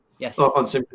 Yes